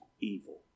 evil